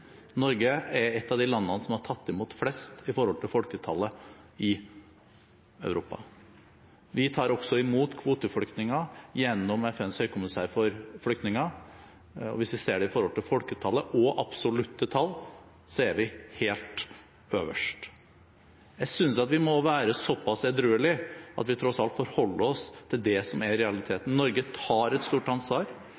Norge. Norge er et av de landene som har tatt imot flest i Europa i forhold til folketallet. Vi tar også imot kvoteflyktninger gjennom FNs høykommissær for flyktninger. Hvis vi ser det i forhold til folketallet og absolutte tall, er vi helt øverst. Jeg synes at vi må være såpass edruelig at vi tross alt forholder oss til det som er